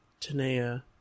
Tanea